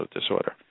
disorder